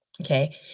Okay